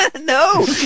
No